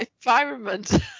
environment